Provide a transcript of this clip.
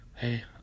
Hey